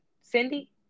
Cindy